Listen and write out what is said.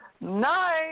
Nice